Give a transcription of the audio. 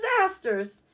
disasters